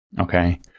okay